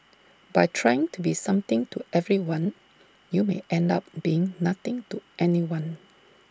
by trying to be something to everyone you may end up being nothing to anyone